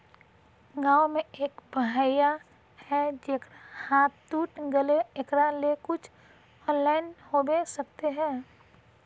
गाँव में एक भैया है जेकरा हाथ टूट गले एकरा ले कुछ ऑनलाइन होबे सकते है?